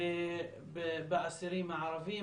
באסירים הערבים,